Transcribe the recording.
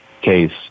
case